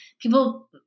people